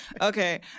okay